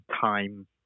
time